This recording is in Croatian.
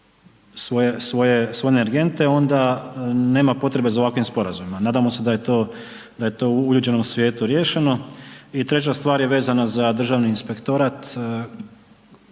svoje energente onda nema potrebe za ovakvim sporazumima. Nadamo se da je to, a je to u uljuđenom svijetu riješeno. I treća stvar je vezana za Državni inspektorat,